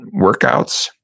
workouts